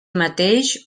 mateix